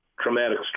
traumatic